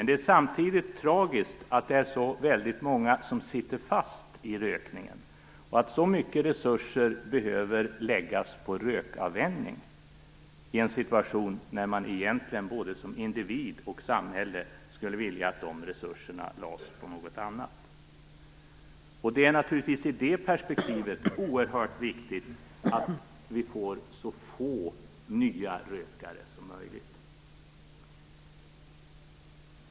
Det är samtidigt tragiskt att det är så väldigt många som sitter fast i rökningen, och att så mycket resurser behöver läggas på rökavvänjning i en situation då man egentligen både som individ och som samhälle skulle vilja att dessa resurser lades på något annat. Det är naturligtvis i det perspektivet oerhört viktigt att vi får så få nya rökare som möjligt.